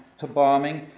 to bombing,